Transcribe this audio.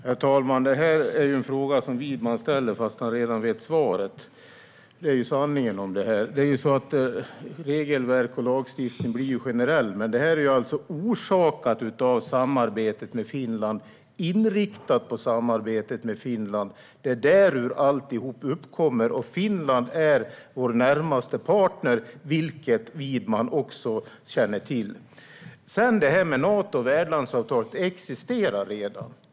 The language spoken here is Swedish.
Herr talman! Sanningen är att Widman ställer denna fråga fast han redan vet svaret. Regelverk och lagstiftning blir ju generella, men detta är alltså orsakat av och inriktat på samarbetet med Finland. Det är ur detta allt uppkommer, och Finland är vår närmaste partner, vilket Widman också känner till. När det gäller Nato och värdlandsavtalet existerar det redan.